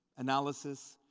analysis,